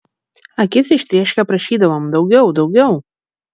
akis ištrėškę prašydavom daugiau daugiau